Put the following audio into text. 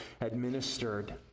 administered